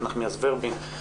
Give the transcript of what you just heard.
איילת נחמיאס ורבין,